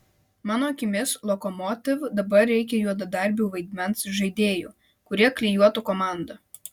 mano akimis lokomotiv dabar reikia juodadarbių vaidmens žaidėjų kurie klijuotų komandą